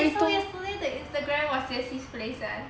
I thought yesterday the instagram was jie qi's place eh